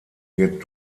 wird